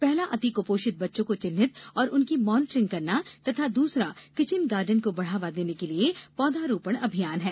पहला अति कुपोषित बच्चों को चिन्हित और उनकी मॉनिटरिंग करना तथा दूसरा किचन गार्डन को बढ़ावा देने के लिए पौधारोपण अभियान है